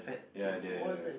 ya the